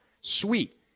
Sweet